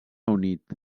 unit